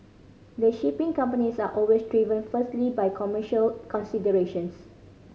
the shipping companies are always driven firstly by commercial considerations